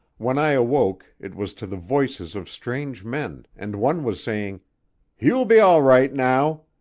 when i awoke it was to the voices of strange men, and one was saying he will be all right now.